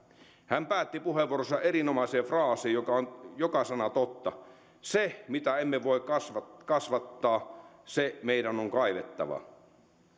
hän päätti puheenvuoronsa erinomaiseen fraasiin joka on joka sana totta se mitä emme voi kasvattaa se meidän on kaivettava